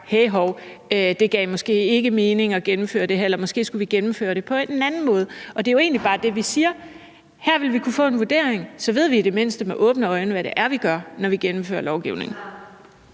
det gav måske ikke mening at gennemføre det her, eller måske skulle vi gennemføre det på en anden måde. Det er jo egentlig bare det, vi siger. Her vil vi kunne få en vurdering, og så kan vi i det mindste med åbne øjne se, hvad det er, vi gør, når vi gennemfører lovgivning.